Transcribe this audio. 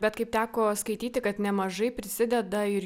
bet kaip teko skaityti kad nemažai prisideda ir